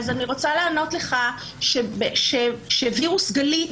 אני רוצה לענות לך שווירוס גלי,